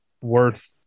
worth